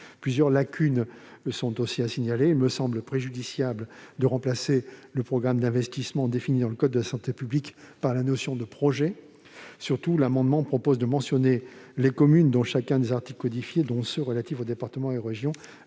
Plusieurs lacunes sont aussi à signaler. Il me semble préjudiciable de remplacer le programme d'investissement défini dans le code de santé publique par la notion de « projet ». Surtout, il est proposé de mentionner les communes dans chacun des articles codifiés, dont ceux qui concernent les départements et les régions.